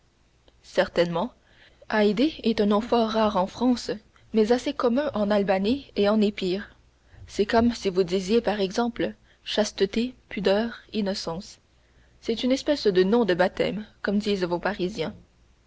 certainement haydée est un nom fort rare en france mais assez commun en albanie et en épire c'est comme si vous disiez par exemple chasteté pudeur innocence c'est une espèce de nom de baptême comme disent vos parisiens